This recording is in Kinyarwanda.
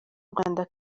rwanda